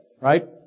right